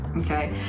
okay